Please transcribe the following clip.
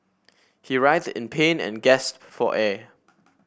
he writhed in pain and gasped for air